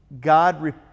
God